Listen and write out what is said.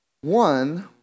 One